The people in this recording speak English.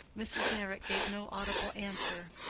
mrs. meyrick gave no audible answer,